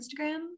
instagram